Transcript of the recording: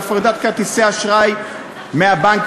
על הפרדת כרטיסי אשראי מהבנקים.